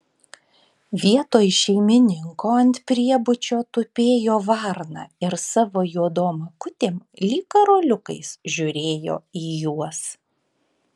vietoj šeimininko ant priebučio tupėjo varna ir savo juodom akutėm lyg karoliukais žiūrėjo į juos